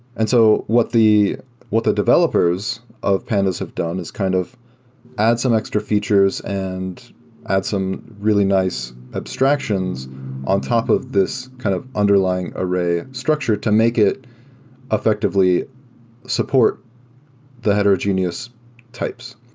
and so what the what the developers of pandas have done is kind of add some extra features and add some really nice abstractions on top of this kind of underlying array structure to make it effectively support the heterogeneous types.